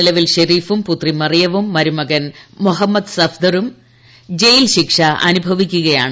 നിലവിൽ ഷെരീഫും പുത്രി മറിയവും മരുമകൻ മൊഹമ്മദ് സഫ്തറും ജയിൽ ശിക്ഷ അനുഭവിക്കുകയാണ്